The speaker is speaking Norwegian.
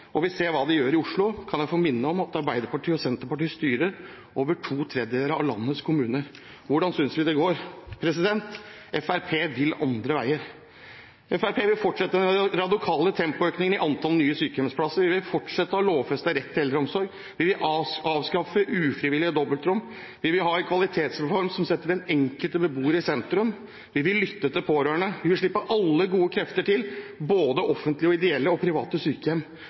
og vi ser hva de gjør i Oslo. Kan jeg få minne om at Arbeiderpartiet og Senterpartiet styrer over to tredjedeler av landets kommuner – hvordan synes vi det går? Fremskrittspartiet vil andre veier. Fremskrittspartiet vil fortsette den radikale tempoøkningen i antall nye sykehjemsplasser, vi vil fortsette å ha lovfestet rett til eldreomsorg, vi vil avskaffe ufrivillige dobbeltrom, vi vil ha en kvalitetsreform som setter den enkelte beboer i sentrum, vi vil lytte til pårørende, vi vil slippe alle gode krefter til, både offentlige, ideelle og private sykehjem.